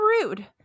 rude